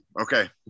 Okay